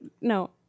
no